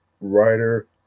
writer